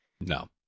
No